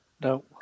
No